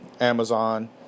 Amazon